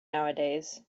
nowadays